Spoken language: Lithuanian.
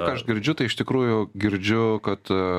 ką aš girdžiu tai iš tikrųjų girdžiu kad